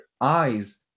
eyes